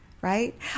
right